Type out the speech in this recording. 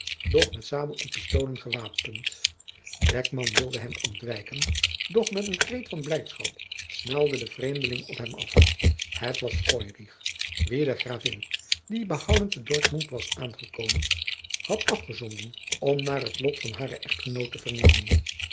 doch met sabel en pistolen gewapend beckman wilde hem ontwijken doch met een kreet van blijdschap snelde de vreemdeling op hem af het was feurich wien de gravin die behouden te dortmond was aangekomen had afgezonden om naar het lot van haren echtgenoot te vernemen